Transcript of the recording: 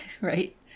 Right